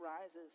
rises